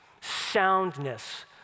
soundness